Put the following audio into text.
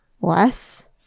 less